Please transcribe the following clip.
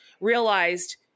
realized